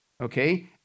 Okay